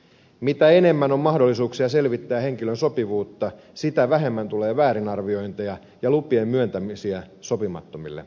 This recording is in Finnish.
mitä enemmän on mahdollisuuksia selvittää henkilön sopivuutta sitä vähemmän tulee väärinarviointeja ja lupien myöntämisiä sopimattomille henkilöille